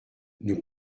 nous